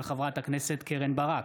של חברת הכנסת קרן ברק,